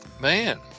man